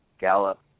Gallup